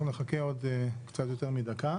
אנחנו נחכה עוד קצת יותר מדקה